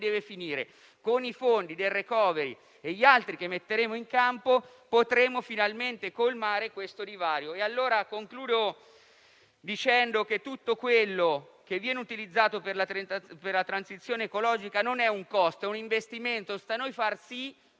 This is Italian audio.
deve finire. Con i fondi del *recovery* e gli altri che metteremo in campo potremo finalmente colmare questo divario. Tutto quello che viene utilizzato per la transizione ecologica non è un costo, è un investimento. Sta a noi far sì,